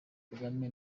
kagame